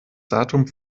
datum